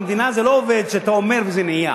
במדינה זה לא עובד שאתה אומר וזה נהיה.